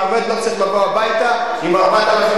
העובד לא צריך לבוא הביתה עם 4,000,